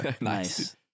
Nice